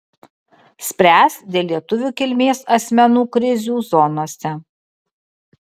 spręs dėl lietuvių kilmės asmenų krizių zonose